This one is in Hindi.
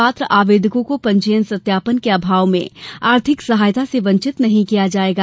पात्र आवेदकों को पंजीयन सत्यापन के अभाव में आर्थिक सहायता से वंचित नहीं किया जायेगा